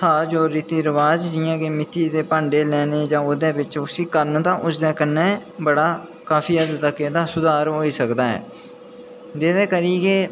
था जो रीति रवाज़ जि'यां की मित्ती दे भांडे लैने ते उसी यूज़ करना तां ओह्दे कन्नै एह्दा काफी हद्द तक्क सुधार होई सकदा ऐ जेह्दे करी के